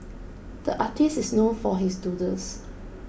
the artist is known for his doodles